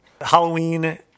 Halloween